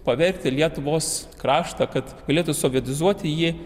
pavergti lietuvos kraštą kad galėtų sovietizuoti ji